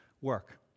work